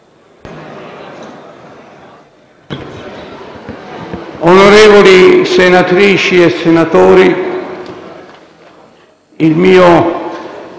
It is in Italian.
Onorevoli senatrici e senatori, il mio